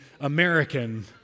American